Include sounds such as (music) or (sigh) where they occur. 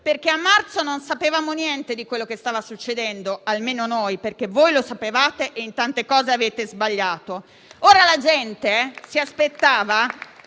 mai? A marzo non sapevamo niente di quello che stava succedendo: almeno noi, perché voi lo sapevate e in tante cose avete sbagliato. (applause)